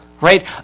right